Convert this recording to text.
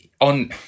on